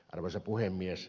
arvoisa puhemies